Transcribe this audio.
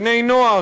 בני-נוער,